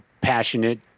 passionate